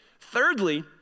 Thirdly